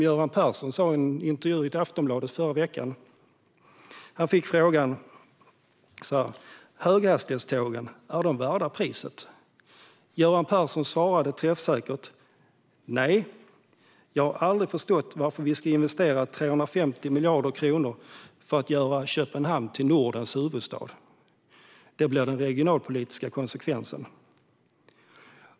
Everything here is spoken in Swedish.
Göran Persson fick i en intervju i Aftonbladet förra veckan frågan: Är höghastighetstågen värda priset? Göran Persson svarade träffsäkert: Nej, jag har aldrig förstått varför vi ska investera 350 miljarder kronor för att göra Köpenhamn till Nordens centrum. Det blir den regionalpolitiska konsekvensen.